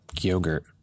yogurt